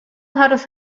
harus